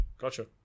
gotcha